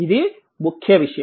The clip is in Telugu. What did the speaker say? ఇది ముఖ్య విషయం